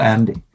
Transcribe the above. Andy